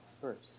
first